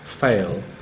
fail